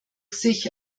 sich